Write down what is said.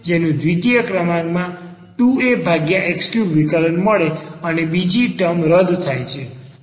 જેનું દ્વિતીય ક્રમાંકમાં 2Ax3 વિકલન મળે અને બીજ ટર્મ રદ થાય છે